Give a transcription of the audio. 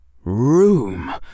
Room